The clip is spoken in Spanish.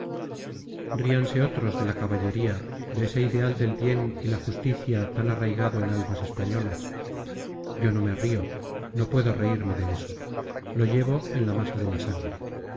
ríanse otros de la caballería de ese ideal del bien y la justicia tan arraigado en almas españolas yo no me río no puedo reírme de eso lo llevo en la masa de la sangre